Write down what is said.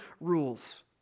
rules